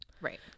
Right